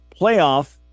playoff